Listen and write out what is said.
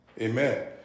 Amen